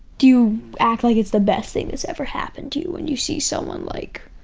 do you act like it's the best thing that's ever happened to you when you see someone, like